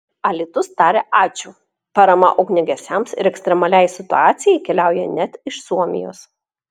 alytus taria ačiū parama ugniagesiams ir ekstremaliai situacijai keliauja net iš suomijos